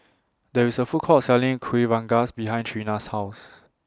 There IS A Food Court Selling Kueh Rengas behind Trina's House